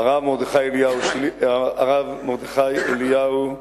הרב מרדכי אליהו,